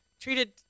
treated